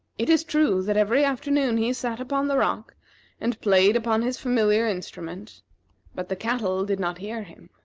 it is true that every afternoon he sat upon the rock and played upon his familiar instrument but the cattle did not hear him.